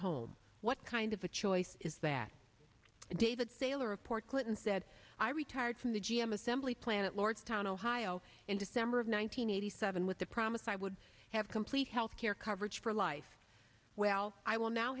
home what kind of a choice is that david saylor report clinton said i retired from the g m assembly plant lordstown ohio in december of one nine hundred eighty seven with the promise i would have complete health care coverage for life well i will now